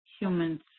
humans